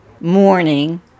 morning